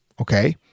Okay